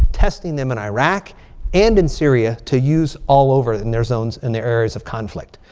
testing them in iraq and in syria. to use all over in their zones and their areas of conflict.